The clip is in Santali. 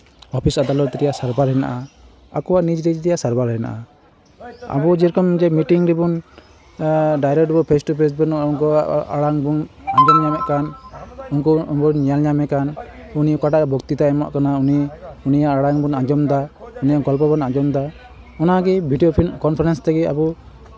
ᱚᱯᱷᱤᱥ ᱟᱫᱟᱞᱚᱛ ᱨᱮᱭᱟᱜ ᱥᱟᱨᱵᱷᱟᱨ ᱦᱮᱱᱟᱜᱼᱟ ᱟᱠᱚᱣᱟᱜ ᱱᱤᱡᱽᱼᱱᱤᱡᱽ ᱨᱮᱭᱟᱜ ᱥᱟᱨᱵᱷᱟᱨ ᱦᱮᱱᱟᱜᱼᱟ ᱟᱵᱚ ᱡᱮᱨᱚᱠᱚᱢ ᱡᱮ ᱢᱤᱴᱤᱝ ᱨᱮᱵᱚᱱ ᱰᱟᱭᱨᱮᱠᱴ ᱵᱚᱱ ᱯᱷᱮᱥ ᱴᱩ ᱯᱷᱮᱥ ᱵᱚᱱ ᱩᱱᱠᱩᱣᱟᱜ ᱟᱲᱟᱝ ᱵᱚᱱ ᱟᱡᱚᱢ ᱧᱟᱢᱮᱜ ᱠᱟᱱ ᱩᱱᱠᱩ ᱵᱚᱱ ᱧᱮᱞ ᱧᱟᱢᱮ ᱠᱟᱱ ᱩᱱᱤ ᱚᱠᱟᱴᱟᱜ ᱵᱚᱠᱛᱤᱛᱟᱭ ᱮᱢᱚᱜ ᱠᱟᱱᱟ ᱩᱱᱤ ᱩᱱᱤᱭᱟᱜ ᱟᱲᱟᱝ ᱵᱚᱱ ᱟᱡᱚᱢᱫᱟ ᱩᱱᱤᱭᱟᱜ ᱜᱚᱞᱯᱚ ᱵᱚᱱ ᱟᱡᱚᱢᱫᱟ ᱚᱱᱟᱜᱮ ᱵᱷᱤᱰᱭᱳ ᱠᱚᱞ ᱠᱚᱱᱯᱷᱟᱨᱮᱱᱥ ᱛᱮᱜᱮ ᱟᱵᱚ